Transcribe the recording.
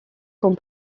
comme